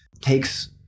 takes